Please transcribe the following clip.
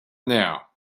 now